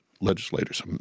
legislators